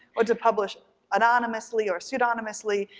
what to publish anonymously or pseudonymously,